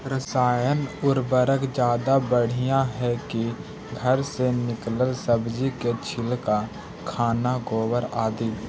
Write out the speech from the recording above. रासायन उर्वरक ज्यादा बढ़िया हैं कि घर से निकलल सब्जी के छिलका, खाना, गोबर, आदि?